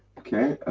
okay.